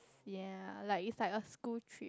ya like it's like a school trip